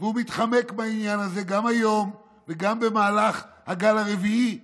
והוא מתחמק בעניין הזה גם היום וגם במהלך הגל הרביעי שראינו.